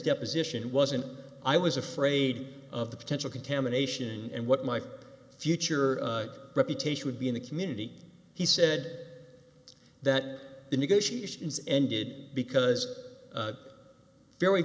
deposition wasn't i was afraid of the potential contamination and what my future reputation would be in the community he said that the negotiations ended because very